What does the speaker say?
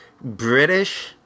British